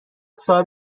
صاحب